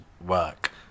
work